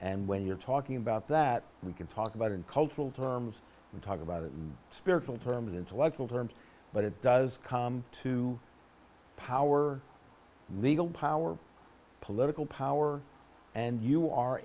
and when you're talking about that we can talk about in cultural terms and talk about a spiritual term intellectual terms but it does come to power legal power political power and you are